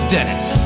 Dennis